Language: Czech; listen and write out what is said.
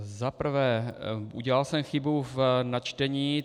Zaprvé, udělal jsem chybu v načtení.